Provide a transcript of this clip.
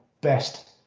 best